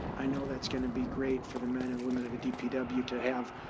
i know that's going to be great for the men and women of the dpw to have,